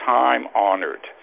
time-honored